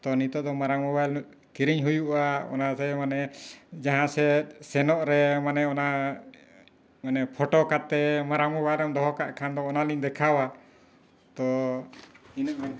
ᱛᱚ ᱱᱤᱛᱚᱜ ᱫᱚ ᱢᱟᱨᱟᱝ ᱢᱳᱵᱟᱭᱤᱞ ᱠᱤᱨᱤᱧ ᱦᱩᱭᱩᱜᱼᱟ ᱚᱱᱟᱛᱮ ᱢᱟᱱᱮ ᱡᱟᱦᱟᱸ ᱥᱮᱡ ᱥᱮᱱᱚᱜ ᱨᱮ ᱢᱟᱱᱮ ᱚᱱᱟ ᱢᱟᱱᱮ ᱯᱷᱚᱴᱳ ᱠᱟᱛᱮᱫ ᱢᱟᱨᱟᱝ ᱢᱳᱵᱟᱭᱤᱞ ᱨᱮᱢ ᱫᱚᱦᱚ ᱠᱟᱜ ᱠᱷᱟᱱ ᱫᱚ ᱚᱱᱟᱞᱤᱧ ᱫᱮᱠᱷᱟᱣᱟ ᱛᱚ ᱤᱱᱟᱹ ᱤᱱᱟᱹᱜ ᱠᱟᱛᱷᱟ ᱜᱮ